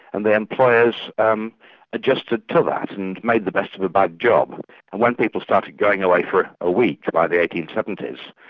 and the employers um adjusted to that, and made the best of a bad job. and when people started going away for a week by the eighteen seventy s,